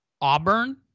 Auburn